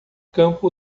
campo